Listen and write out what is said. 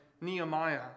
Nehemiah